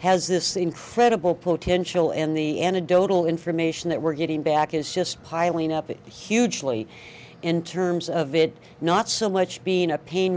has this incredible potential in the antidote all information that we're getting back is just piling up at hugely in terms of it not so much being a pain